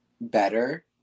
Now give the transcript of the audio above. better